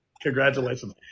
Congratulations